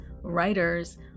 writers